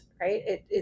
right